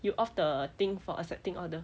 you off the thing for accepting order